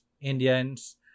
indians